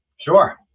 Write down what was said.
sure